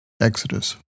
Exodus